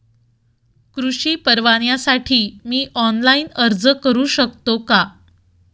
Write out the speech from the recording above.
कृषी परवान्यासाठी मी ऑनलाइन अर्ज करू शकतो का?